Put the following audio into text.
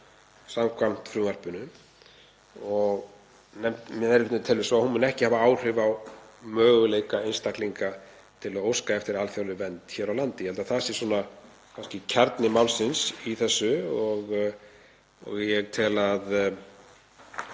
samkvæmt frumvarpinu og telur að hún muni ekki hafa áhrif á möguleika einstaklinga til að óska eftir alþjóðlegri vernd hér á landi. Ég held að það sé kannski kjarni málsins í þessu og ég tel að